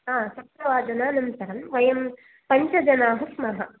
आ सप्तवादनन्तरं वयं पञ्चजनाः स्मः